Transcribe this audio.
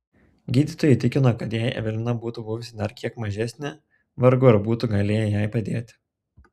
gydytojai tikino kad jei evelina būtų buvusi dar kiek mažesnė vargu ar būtų galėję jai padėti